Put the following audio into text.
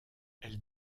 elle